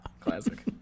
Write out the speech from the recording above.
Classic